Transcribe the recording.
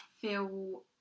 feel